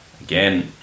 again